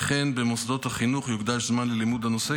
וכן במוסדות החינוך יוקדש זמן ללימוד הנושא,